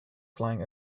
flying